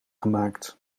gemaakt